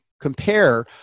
compare